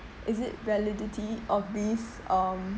is it validity of these um